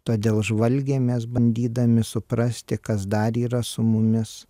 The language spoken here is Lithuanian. todėl žvalgėmės bandydami suprasti kas dar yra su mumis